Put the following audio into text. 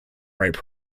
write